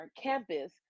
campus